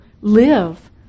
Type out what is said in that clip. live